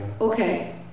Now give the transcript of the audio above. Okay